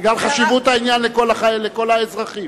בגלל חשיבות העניין לכל האזרחים.